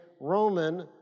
Roman